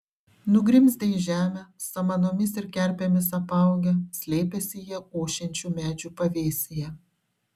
nugrimzdę į žemę samanomis ir kerpėmis apaugę slėpėsi jie ošiančių medžių pavėsyje